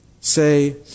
Say